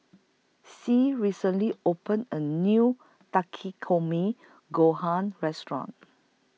Sie recently opened A New Takikomi Gohan Restaurant